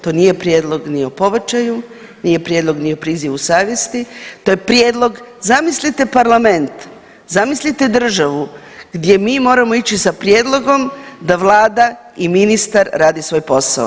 To nije prijedlog ni o pobačaju, nije prijedlog ni o prizivu savjesti to je prijedlog, zamislite parlament, zamislite državu gdje mi moramo ići sa prijedlogom da vlada i ministar radi svoj posao.